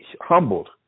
humbled